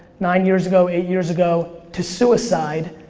nine years ago, eight years ago, to suicide,